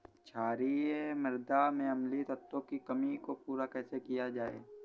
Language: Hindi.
क्षारीए मृदा में अम्लीय तत्वों की कमी को पूरा कैसे किया जाए?